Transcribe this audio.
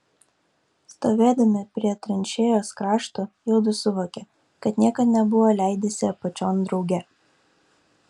stovėdami prie tranšėjos krašto juodu suvokė kad niekad nebuvo leidęsi apačion drauge